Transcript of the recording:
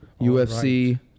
UFC